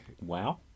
wow